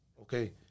okay